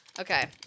Okay